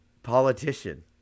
Politician